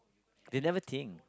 they never think